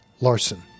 Larson